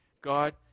God